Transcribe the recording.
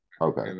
okay